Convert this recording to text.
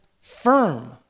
firm